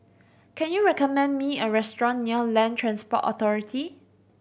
can you recommend me a restaurant near Land Transport Authority